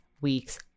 week's